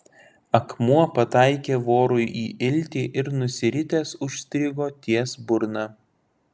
akmuo pataikė vorui į iltį ir nusiritęs užstrigo ties burna